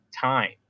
time